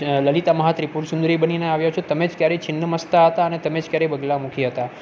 લલિતા મહા ત્રિપુર સુંદરી બનીને આવ્યા છો તમે જ ક્યારે છીન્ન મસ્તા અને તમે જ ક્યારે બગલા મુખી હતા